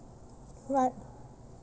right